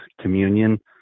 communion